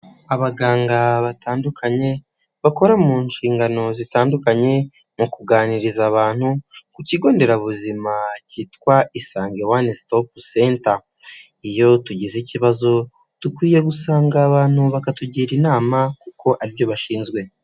Abaganga batandukanye bakora mu nshingano zitandukanye mu kuganiriza abantu ku kigonderabuzima cyitwa isange wani sitopu senta. Iyo tugize ikibazo dukwiye gusanga abantu bakatugira inama kuko aribyo bashinzwe.